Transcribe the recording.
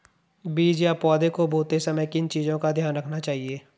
बीज या पौधे को बोते समय किन चीज़ों का ध्यान रखना चाहिए?